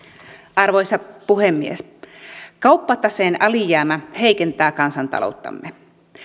arvoisa puhemies kauppataseen alijäämä heikentää kansantalouttamme